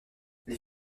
les